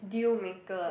deal maker